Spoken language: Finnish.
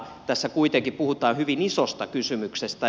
tässä kuitenkin puhutaan hyvin isosta kysymyksestä